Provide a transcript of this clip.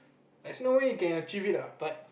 there's no way you can achieve it ah but